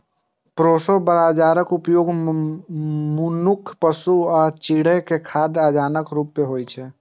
proso बाजाराक उपयोग मनुक्ख, पशु आ चिड़ै के खाद्य अनाजक रूप मे होइ छै